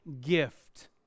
gift